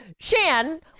Shan